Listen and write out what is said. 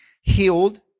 healed